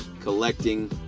collecting